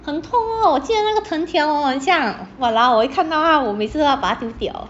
很痛哦我记得那个藤条哦很像 !walao! 我一看到它我每次都要把它丢掉